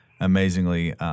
amazingly –